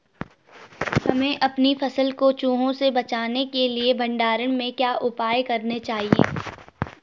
हमें अपनी फसल को चूहों से बचाने के लिए भंडारण में क्या उपाय करने चाहिए?